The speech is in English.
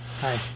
hi